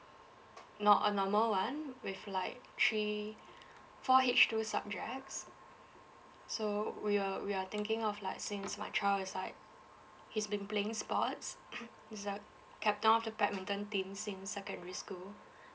no~ a normal one with like three four H two subjects so we are we are thinking of like since my child is like he's been playing sports he's the captain of the badminton team since secondary school